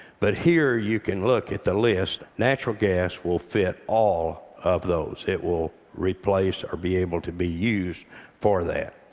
but here you can look at the list. natural gas will fit all of those. it will replace or be able to be used for that.